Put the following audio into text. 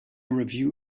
review